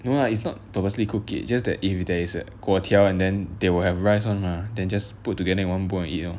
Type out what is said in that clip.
no lah it's not purposely cook it just that if there is 粿条 and then they will have rice on mah then just put together in one bowl and eat lor